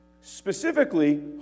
Specifically